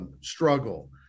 Struggle